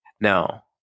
No